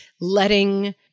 letting